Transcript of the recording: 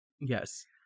Yes